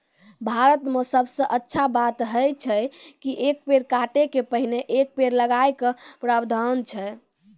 भारत मॅ सबसॅ अच्छा बात है छै कि एक पेड़ काटै के पहिने एक पेड़ लगाय के प्रावधान छै